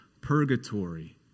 purgatory